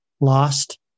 lost